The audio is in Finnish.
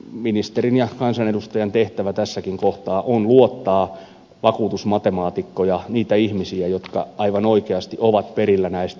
ministerin ja kansanedustajan tehtävä tässäkin kohtaa on luottaa vakuutusmatemaatikkoihin niihin ihmisiin jotka aivan oikeasti ovat perillä näistä